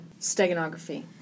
Steganography